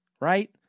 right